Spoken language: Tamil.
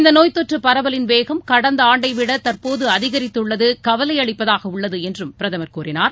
இந்தநோய்த்தொற்றுபரவலின் வேகம் கடந்தஆண்டைவிடதற்போதுஅதிகரித்துள்ளதுகவலைஅளிப்பதாகஉள்ளதுஎன்றும் பிரதமர் கூறினார்